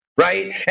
right